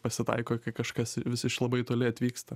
pasitaiko kai kažkas vis iš labai toli atvyksta